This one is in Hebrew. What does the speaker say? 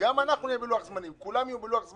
האם אנחנו רואים שוועדת הכספים תתעדף פעילויות כאלה ואחרות?